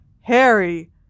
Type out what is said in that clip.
Harry